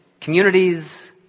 communities